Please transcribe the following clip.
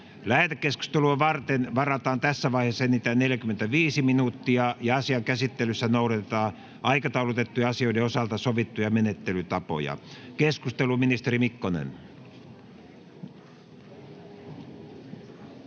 Lähetekeskustelua varten varataan tässä vaiheessa enintään 45 minuuttia. Asian käsittelyssä noudatetaan aikataulutettujen asioiden osalta sovittuja menettelytapoja. — Keskustelu, ministeri Mikkonen.